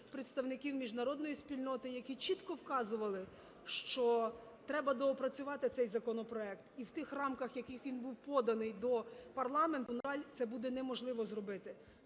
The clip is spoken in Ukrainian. представників міжнародної спільноти, які чітко вказували, що треба доопрацювати цей законопроект, і в тих рамках, в яких він був поданий до парламенту, на жаль, це буде неможливо зробити.